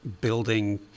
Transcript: building